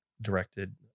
directed